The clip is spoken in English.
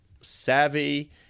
savvy